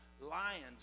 lions